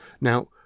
now